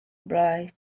bright